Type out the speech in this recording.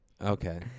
Okay